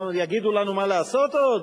יגידו לנו מה לעשות עוד?